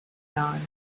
dawn